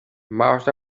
most